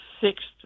sixth